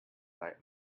like